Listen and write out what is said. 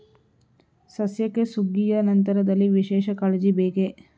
ಸಸ್ಯಕ್ಕೆ ಸುಗ್ಗಿಯ ನಂತರದಲ್ಲಿ ವಿಶೇಷ ಕಾಳಜಿ ಬೇಕೇ?